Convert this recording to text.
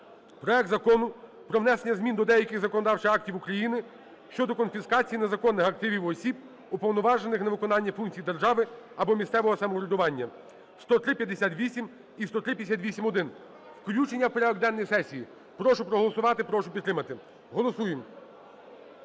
Проект Закону про внесення змін до деяких законодавчих актів України щодо конфіскації незаконних активів осіб, уповноважених на виконання функцій держави або місцевого самоврядування (10358 і 10358-1). Включення в порядок денний сесії. Прошу проголосувати. Прошу підтримати. Голосуємо.